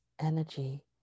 energy